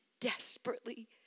desperately